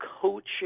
coaching